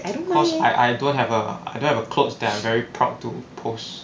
cause I I don't have a I don't have a clothes that I'm very proud to post